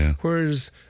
Whereas